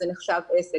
נחשב לעסק.